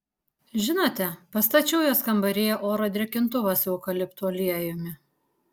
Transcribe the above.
žinote pastačiau jos kambaryje oro drėkintuvą su eukaliptų aliejumi